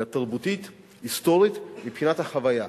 אלא תרבותית, היסטורית, מבחינת החוויה.